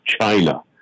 China